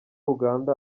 uganda